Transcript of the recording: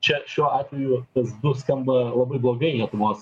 čia šiuo atveju tas du skamba labai blogai lietuvos